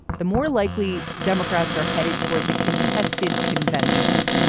the more likely democrats are headed towards a contested convention.